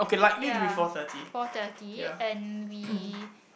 ya four thirty and we